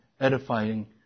Edifying